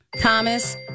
Thomas